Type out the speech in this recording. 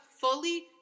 fully